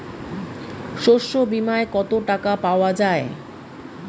শস্য বিমায় কত টাকা পাওয়া যায়?